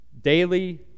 daily